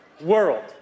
world